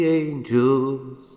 angels